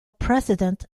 president